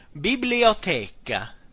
biblioteca